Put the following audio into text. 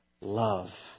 love